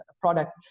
product